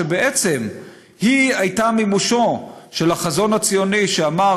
שבעצם הייתה מימושו של החזון הציוני שאמר,